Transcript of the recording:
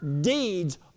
deeds